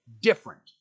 different